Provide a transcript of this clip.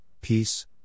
peace